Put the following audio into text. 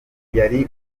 yari